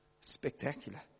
Spectacular